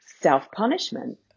self-punishment